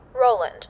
Roland